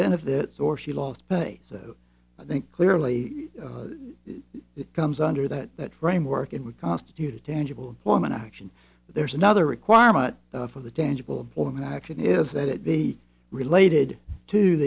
benefits or she lost pay so i think clearly it comes under that that framework it would constitute a tangible form and action there's another requirement for the tangible or an action is that it be related to